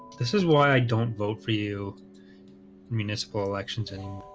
this is why i don't vote for you municipal election setting